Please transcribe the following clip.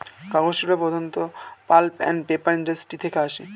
কাগজ শিল্প প্রধানত পাল্প অ্যান্ড পেপার ইন্ডাস্ট্রি থেকে আসে